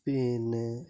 പിന്നെ